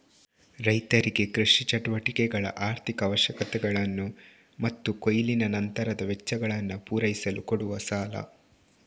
ರೈತರಿಗೆ ಕೃಷಿ ಚಟುವಟಿಕೆಗಳ ಆರ್ಥಿಕ ಅವಶ್ಯಕತೆಗಳನ್ನ ಮತ್ತು ಕೊಯ್ಲಿನ ನಂತರದ ವೆಚ್ಚಗಳನ್ನ ಪೂರೈಸಲು ಕೊಡುವ ಸಾಲ